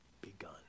begun